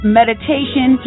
meditation